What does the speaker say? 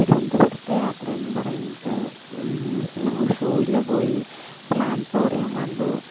തിരുവനന്തപുരത്തെ യാത്ര എന്ന് പറയുന്നത് ഞങ്ങൾ സൂയിൽ പോയി പ്ലാനിറ്റോറിയം കണ്ടു